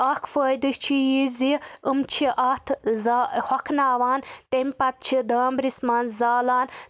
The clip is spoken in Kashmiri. اَکھ فٲیدٕ چھِ یہِ زِ یِم چھِ اَتھ زا ہۄکھناوان تَمہِ پَتہٕ چھِ دامبرِس منٛز زالان تہٕ